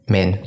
Men